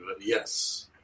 Yes